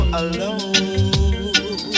alone